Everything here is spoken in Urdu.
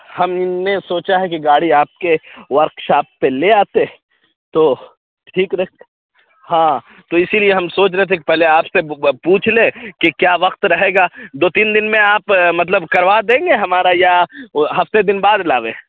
ہم نے سوچا ہے کہ گاڑی آپ کے ورک شاپ پہ لے آتے تو ٹھیک رکھ ہاں تو اِسی لیے ہم سوچ رہے تھے کہ پہلے آپ سے پوچھ لیں کہ کیا وقت رہے گا دو تین دِن میں آپ مطلب کروا دیں گے ہمارا یا ہفتے دِن بعد لاٮٔے